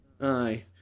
aye